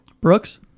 Brooks